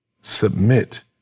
submit